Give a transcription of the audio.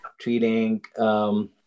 treating